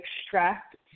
extract